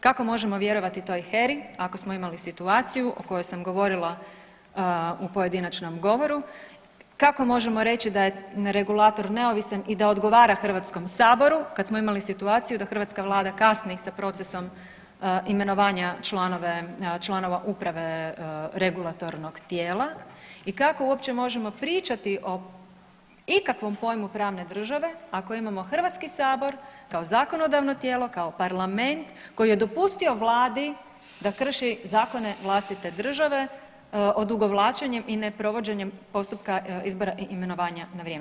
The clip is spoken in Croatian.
Kako možemo vjerovati toj HERA-i ako smo imali situaciju o kojoj sam govorila u pojedinačnom govoru, kako možemo reći da je regulator neovisan i da odgovara HS-u kad smo imali situaciju da hrvatska Vlada kasni sa procesom imenovanja članova uprave regulatornog tijela i kako uopće možemo pričati o ikakvom pojmu pravne države ako imamo HS kao zakonodavno tijelo, kao parlament koji je dopustio Vladi da krši zakone vlastite države odugovlačenjem i neprovođenjem postupka izbora i imenovanja na vrijeme.